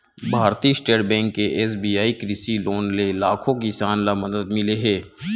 भारतीय state bank के SBI कृषि लोन ले लाखो किसान ल मदद मिले हे